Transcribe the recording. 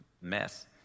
mess